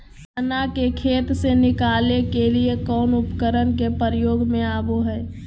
चना के खेत से निकाले के लिए कौन उपकरण के प्रयोग में आबो है?